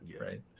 right